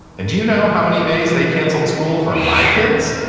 and do you know how many days they canceled school for my kids.